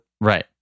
Right